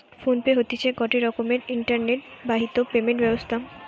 phone pay হতিছে গটে রকমের ইন্টারনেট বাহিত পেমেন্ট ব্যবস্থা